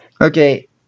Okay